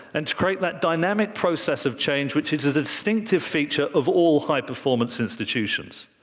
and to create that dynamic process of change, which is a distinctive feature of all high-performance institutions.